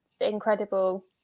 incredible